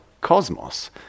cosmos